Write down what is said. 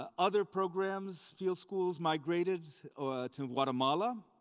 ah other programs, field schools, migrated to guatemala.